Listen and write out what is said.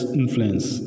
influence